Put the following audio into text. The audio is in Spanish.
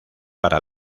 para